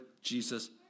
Jesus